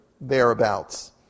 thereabouts